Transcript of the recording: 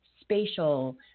spatial